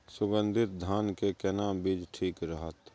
सुगन्धित धान के केना बीज ठीक रहत?